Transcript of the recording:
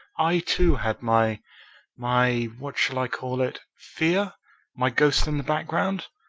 i, too, had my my what shall i call it fear my ghost in the background?